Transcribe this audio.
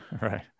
right